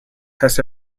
has